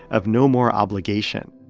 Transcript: of no more obligation.